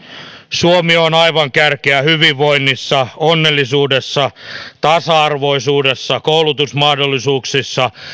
suomi on aivan kärkeä hyvinvoinnissa onnellisuudessa tasa arvoisuudessa koulutusmahdollisuuksissa